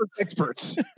experts